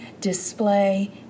display